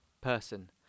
person